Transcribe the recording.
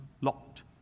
locked